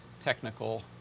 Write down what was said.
technical